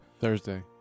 Thursday